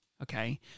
Okay